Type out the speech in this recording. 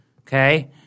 okay